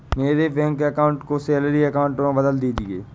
मेरे bank account को salary account में बदल दीजिए